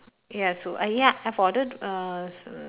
ya so uh ya I've ordered err s~